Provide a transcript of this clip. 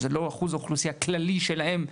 שזה לא אחוז האוכלוסייה הכללית שלהם במדינה,